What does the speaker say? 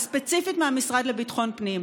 וספציפית מהמשרד לביטחון פנים,